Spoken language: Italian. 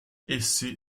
essi